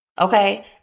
okay